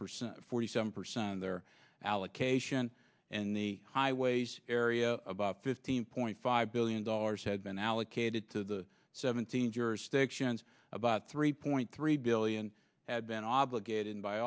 percent forty seven percent of their allocation in the highways area about fifteen point five billion dollars had been allocated to the seventeen jurisdictions about three point three billion had been obligated by